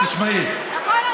נכון?